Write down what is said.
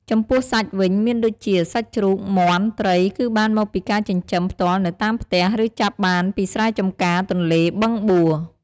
ចំពោះសាច់វិញមានដូចជា សាច់ជ្រូក មាន់ ត្រីគឺបានមកពីការចិញ្ចឹមផ្ទាល់នៅតាមផ្ទះ ឬចាប់បានពីស្រែចម្ការ ទន្លេ បឹងបួ។